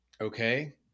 Okay